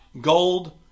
Gold